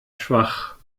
schwach